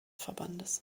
verbandes